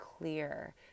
clear